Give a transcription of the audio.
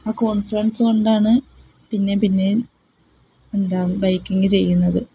ആ കോൺഫിഡൻസ് കൊണ്ടാണ് പിന്നെ പിന്നെ എന്താണ് ബൈക്കിങ് ചെയ്യുന്നത്